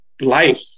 life